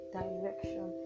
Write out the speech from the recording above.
direction